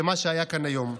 למה שהיה כאן היום.